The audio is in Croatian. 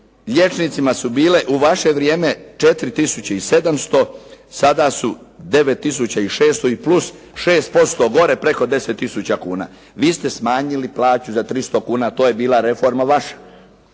liječnicima su bile u vaše vrijeme 4 700, sada su 9 600 i plus 6% gore preko 10 000 kuna. Vi ste smanjili plaću za 300 kuna, to je bila reforma vaša.